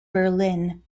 berlin